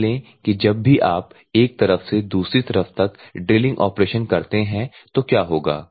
मान लें कि जब भी आप एक तरफ से दूसरी तरफ ड्रिलिंग ऑपरेशन करते हैं तो क्या होगा